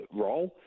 role